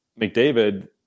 McDavid